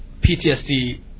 PTSD